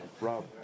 Rob